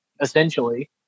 essentially